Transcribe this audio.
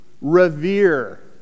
revere